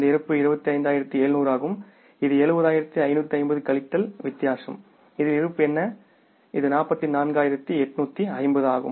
இந்த இருப்பு 25700 ஆகும் இது 70550 கழித்தல் வித்தியாசம் இதில் இருப்பு என்ன இது 44850 ஆகும்